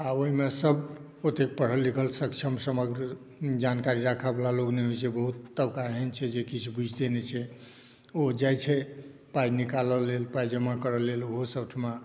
आ ओहिमे सभ गोटे पढ़ल लिखल सक्षम समग्र जानकारी राखऽ वाला लोक नहि होइत छै बहुत तबका एहन छै जे किछु बुझते नहि छै ओ जाइत छै पाई निकालऽ लेल पाई जमा करऽ लेल ओहो सभ ठमा